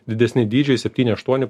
didesni dydžiai septyni aštuoni